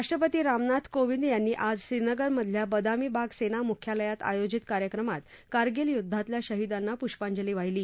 राष्ट्रपती रामनाथ कोविंद यांनी आज श्रीनगरमधल्या बदामी बाग सेना मुख्यालयात आयोजित कार्यक्रमात कारगिल युद्धातल्या शहीदांना पुष्पाजंली वाहिली